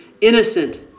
innocent